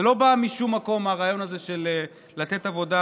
זה לא בא משום מקום, הרעיון הזה של לתת עבודה